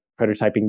prototyping